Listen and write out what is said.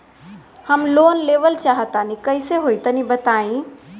हम लोन लेवल चाह तनि कइसे होई तानि बताईं?